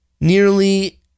nearly